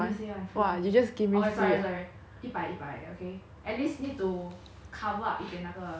!wah! you just give me free ah